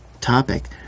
topic